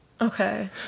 Okay